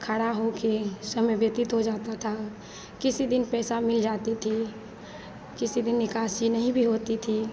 खड़ा होकर समय व्यतीत हो जाता था किसी दिन पैसा मिल जाती थी किसी दिन निकासी नहीं भी होती थी